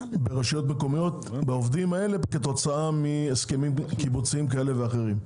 הרשויות המקומיות כתוצאה מהסכמים קיבוציים כאלה ואחרים.